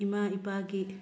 ꯏꯃꯥ ꯏꯄꯥꯒꯤ